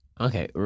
Okay